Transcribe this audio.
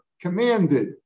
commanded